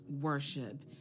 worship